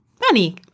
money